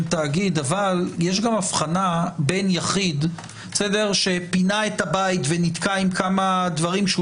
תאגיד אבל יש גם אבחנה בין יחיד שפינה את הבית ונתקע עם כמה דברים שהוא